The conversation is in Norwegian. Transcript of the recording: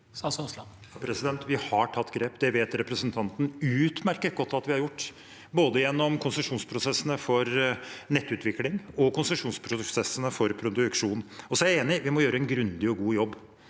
Vi har tatt grep – det vet representanten utmerket godt at vi har gjort – både gjennom konsesjonsprosessene for nettutvikling og gjennom konsesjonsprosessene for produksjon. Jeg er helt enig i at vi må gjøre en grundig og god jobb,